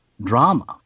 drama